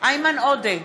איימן עודה,